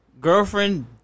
Girlfriend